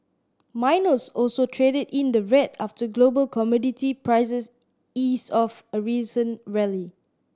miners also traded in the red after global commodity prices eased off a recent rally